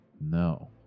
No